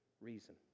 reason